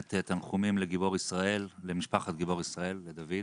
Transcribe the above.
תנחומים למשפחת גיבור ישראל, דוד.